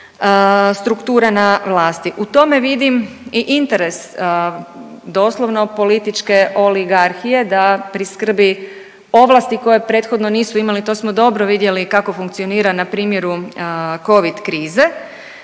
U tome vidim i interes, doslovno političke oligarhije da priskrbi ovlasti koje prethodno nisu imali, to smo dobro vidjeli kako funkcionira na primjeru Covid krize